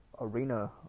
Arena